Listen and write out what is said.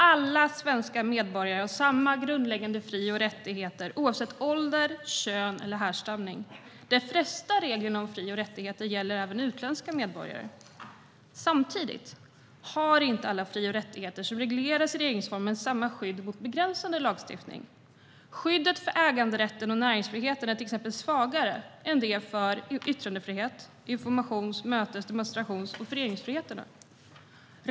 Alla svenska medborgare har samma grundläggande fri och rättigheter, oavsett ålder, kön eller härstamning. De flesta reglerna om fri och rättigheter gäller även utländska medborgare. Samtidigt har inte alla fri och rättigheter som regleras i regeringsformen samma skydd mot begränsande lagstiftning. Skyddet för äganderätten och näringsfriheten är till exempel svagare än det är för exempelvis yttrande-, informations-, mötes-, demonstrations och föreningsfriheterna.